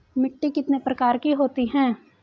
मिट्टी कितने प्रकार की होती हैं?